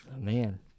Man